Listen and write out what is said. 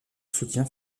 soutien